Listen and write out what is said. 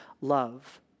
love